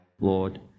Lord